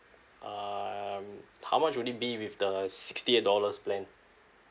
um how much will it be with the sixty eight dollars plan